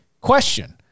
Question